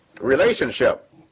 relationship